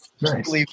Nice